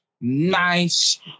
nice